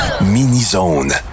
Mini-zone